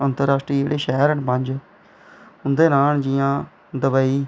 अंतराश्ट्रीय जेह्ड़े शैहर पंज उं'दे नांऽ न जि'यां दुबई